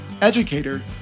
educator